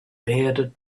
bearded